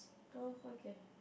oh okay